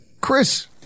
Chris